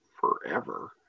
forever